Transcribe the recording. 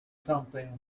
something